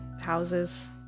houses